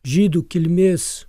žydų kilmės